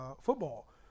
football